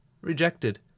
rejected